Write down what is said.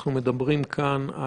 אנחנו מדברים כאן,